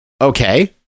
Okay